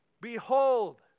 Behold